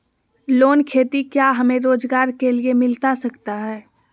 Loan खेती क्या हमें रोजगार के लिए मिलता सकता है?